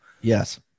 Yes